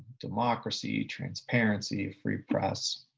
democracy, transparency, free press.